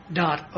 dot